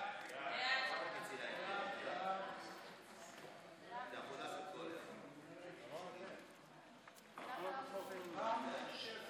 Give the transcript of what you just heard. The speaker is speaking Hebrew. ההצעה להעביר את הצעת חוק הרב אברהם יצחק הכהן קוק (ציון זכרו